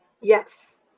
yes